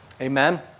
Amen